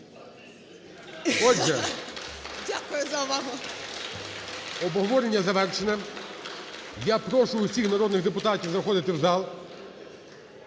Обговорення завершене. Я прошу всіх народних депутатів заходити в зал.